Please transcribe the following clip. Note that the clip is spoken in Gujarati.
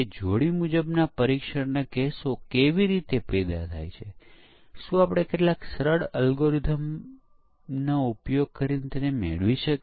જો પરીક્ષણ તકનીક 1 અસરકારક છે તો આપણે તેને સારી રીતે કરવી જોઈએ